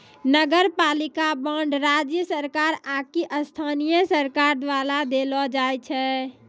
नगरपालिका बांड राज्य सरकार आकि स्थानीय सरकारो द्वारा देलो जाय छै